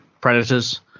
predators